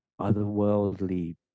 otherworldly